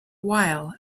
while